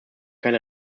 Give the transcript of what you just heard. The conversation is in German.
keine